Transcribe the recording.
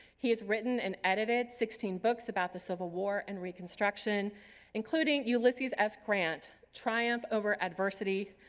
he has written and edited sixteen books about the civil war and reconstruction including ulysses s. grant, triumph over adversity,